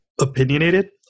opinionated